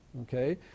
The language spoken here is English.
okay